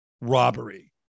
robbery